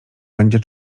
będzie